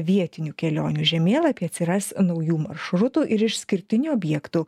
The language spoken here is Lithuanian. vietinių kelionių žemėlapy atsiras naujų maršrutų ir išskirtinių objektų